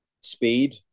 speed